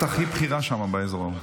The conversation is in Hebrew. את הכי בכירה שם באזור ההוא.